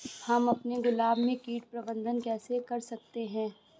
हम अपने गुलाब में कीट प्रबंधन कैसे कर सकते है?